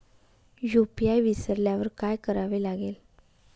UPI विसरल्यावर काय करावे लागेल?